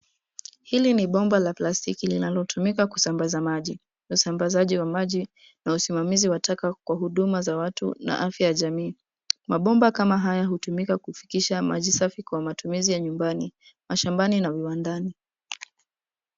Hili ni bomba la plastiki linalotumika kusambaza maji. Usambazaji wa maji na usimamizi wa taka kwa huduma za watu na afya ya jamii. Mabomba kama haya hutumika kufikisha maji safi kwa matumizi ya nyumbani, mashambani na viwandani.